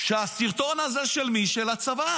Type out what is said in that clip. של מי הסרטון הזה, של הצבא.